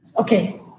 okay